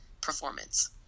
performance